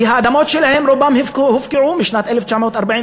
כי האדמות שלהם רובן הופקעו משנת 1948,